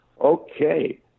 Okay